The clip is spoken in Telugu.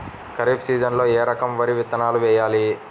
ఖరీఫ్ సీజన్లో ఏ రకం వరి విత్తనాలు వేయాలి?